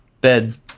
bed